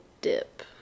dip